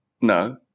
no